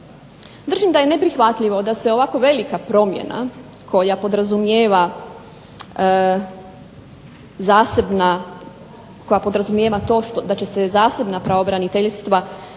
Držim da je neprihvatljivo da se ovako velik promjena koja podrazumijeva zasebna, koja podrazumijeva